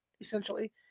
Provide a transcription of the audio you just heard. essentially